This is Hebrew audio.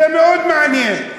זה מאוד מעניין.